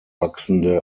wachsende